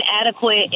inadequate